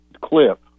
clip